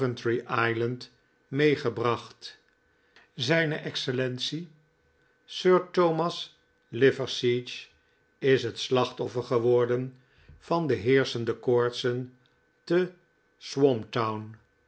island meegebracht z e sir thomas liverseege is het slachtoffer geworden van de heerschende koortsen te